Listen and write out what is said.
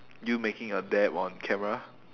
you making a dab on camera